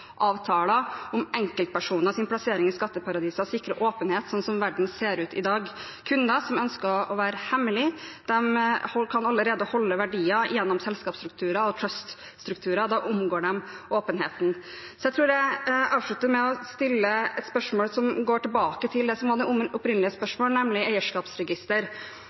plassering i skatteparadiser sikrer åpenhet, slik verden ser ut i dag. Kunder som ønsker å være hemmelige, kan allerede holde verdier gjennom selskapsstrukturer og trust-strukturer. Da omgår de åpenheten. Så jeg tror jeg avslutter med å stille et spørsmål som går tilbake til det som var det opprinnelige spørsmålet, nemlig eierskapsregister.